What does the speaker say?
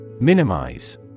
Minimize